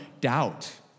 doubt